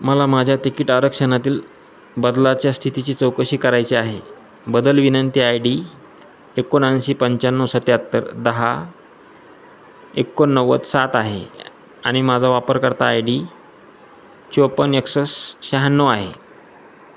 मला माझ्या तिकिट आरक्षणातील बदलाच्या स्थितीची चौकशी करायची आहे बदल विनंती आय डी एकोणऐंशी पंच्याण्णव सत्याहत्तर दहा एकोणनव्वद सात आहे आणि माझा वापरकर्ता आय डी चौपन्न एकसष्ठ शहाण्णव आहे